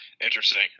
interesting